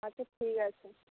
আচ্ছা ঠিক আছে